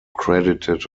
credited